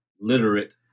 literate